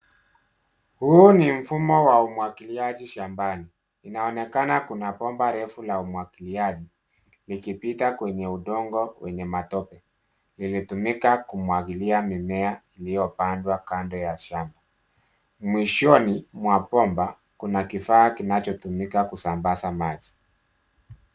Huu ni mfumo wa umwagiliaji shambani .Inaonekana kuna bomba refu la umwagiliaji, likipita kwenye udongo wenye matope liliitumika kumwagilia mimea iliyopandwa kando ya shamba. Mwishoni mwa bomba kuna kifaa kinachotumika kusambaza maji.